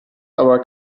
aber